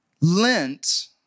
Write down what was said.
Lent